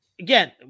Again